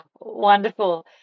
Wonderful